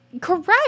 Correct